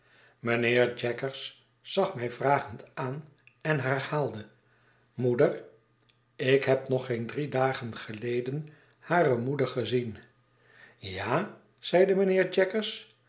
mijnheer jaggers zag mij vragend aan en herherhaalde moeder ik heb nog geen drie dagen geleden hare moeder gezien ja zeide mijnheer